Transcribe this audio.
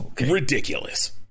ridiculous